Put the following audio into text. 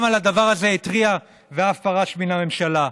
גם על הדבר הזה התריע ואף פרש מן הממשלה.